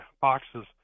boxes